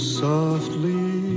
softly